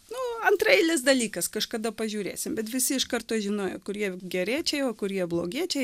nu antraeilis dalykas kažkada pažiūrėsim bet visi iš karto žinojo kurie geriečiai o kurie blogiečiai